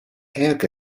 egg